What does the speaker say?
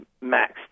max